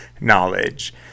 knowledge